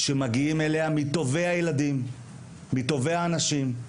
שמגיעים אליה מטובי הילדים ומטובי האנשים.